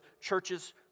churches